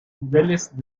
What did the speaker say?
niveles